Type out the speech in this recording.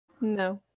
No